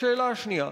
והשאלה השנייה: